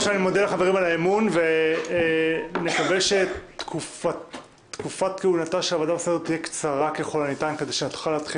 אני מבקש את אישור החברים להמליץ על צביקה האוזר לתפקיד